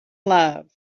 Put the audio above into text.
love